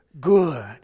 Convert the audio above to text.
good